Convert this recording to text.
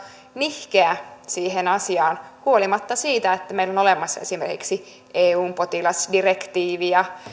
nihkeä siihen asiaan huolimatta siitä että meillä on olemassa esimerkiksi eun potilasdirektiivi ja